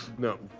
no.